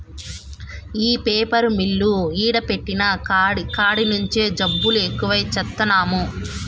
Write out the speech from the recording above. ఈ paper mill ఈడ పెట్టిన కాడి నుంచే జబ్బులు ఎక్కువై చత్తన్నాము